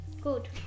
Good